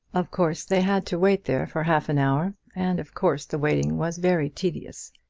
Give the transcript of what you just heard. of course they had to wait there for half an hour, and of course the waiting was very tedious.